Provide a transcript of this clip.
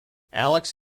alex